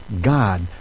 God